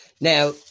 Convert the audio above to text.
now